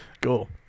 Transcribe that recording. Cool